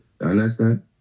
understand